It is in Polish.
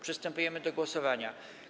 Przystępujemy do głosowania.